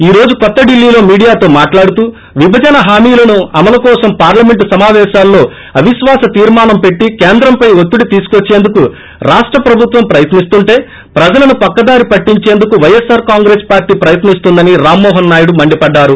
ఈ రోజు కొత్త ఢిల్లీలో మీడియాతో మాట్లాడుతూ విభజన హామీల్ అమలు కోసం పార్లమెంటు సమాపేశాల్లో అవిశ్వాస తీర్మానం పెట్లి కేంద్రంపై ఒత్తిడి తీసుకొచ్చేందుకు రాష్ట ప్రభుత్వం ప్రయత్నిస్తుంటే ప్రజలను పక్కదారి పట్టించేందుకు వైఎస్పార్ కాంగ్రెస్ పార్టీ ప్రయత్ని న్తోందని రామ్మోహన్ నాయుడు మండిపడ్డారు